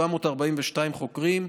742 חוקרים,